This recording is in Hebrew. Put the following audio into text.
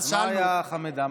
אז מה היה חמד עמאר?